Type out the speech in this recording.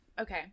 Okay